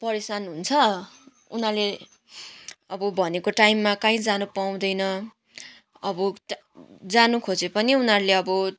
परेशान हुन्छ उनीहरूले अब भनेको टाइममा काहीँ जानु पाउँदैन अब जानु खोजे पनि उनीहरूले अब